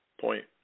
Point